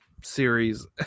series